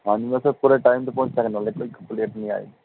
ਹਾਂਜੀ ਮੈਂ ਸਰ ਪੂਰੇ ਟਾਈਮ 'ਤੇ ਪਹੁੰਚਾਂਗਾ ਨਾਲੇ ਕੋਈ ਕੰਪਲੇਂਟ ਨਹੀਂ ਆਵੇਗੀ